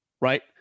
right